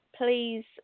please